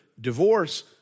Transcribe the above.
divorce